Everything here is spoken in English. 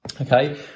okay